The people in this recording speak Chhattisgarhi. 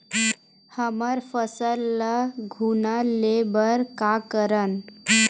हमर फसल ल घुना ले बर का करन?